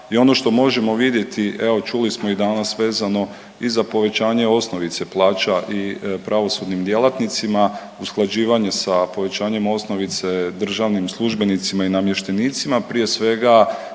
i ono što možemo vidjeti evo čuli smo i danas vezano i za povećanje osnovice plaća i pravosudnim djelatnicima, usklađivanje sa povećanjem osnovice državnim službenicima i namještenicima, prije svega